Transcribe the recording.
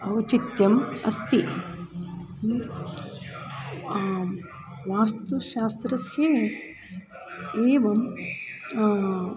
औचित्यम् अस्ति वास्तुशास्त्रस्य एवं